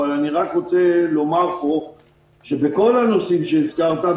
אבל אני רק רוצה לומר פה שבכל הנושאים שהזכרת,